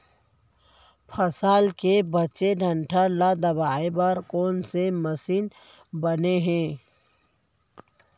फसल के बचे डंठल ल दबाये बर कोन से मशीन बने हे?